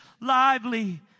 lively